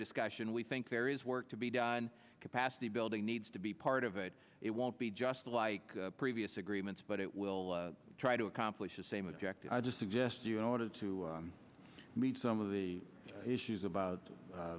discussion we think there is work to be done capacity building needs to be part of it it won't be just like previous agreements but it will try to accomplish the same object i just suggest to you in order to meet some of the issues about